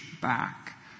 back